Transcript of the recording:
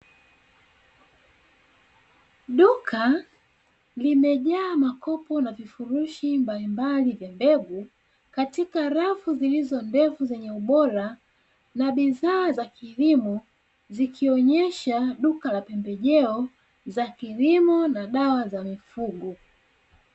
Duka limejaa makopo na vifurushi mbalimbali vya mbegu katika rafu zilizo refu zenye ubora na bidhaa za kilimo ikionesha duka la pembejeo za kilimo na dawa za mifugo.